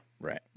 Right